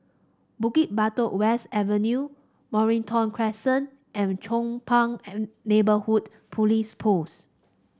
Bukit Batok West Avenue Mornington Crescent and Chong Pang Neighbourhood Police Post